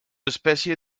especie